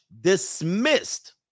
dismissed